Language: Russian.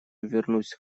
вернусь